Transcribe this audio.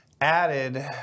added